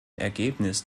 ergebnis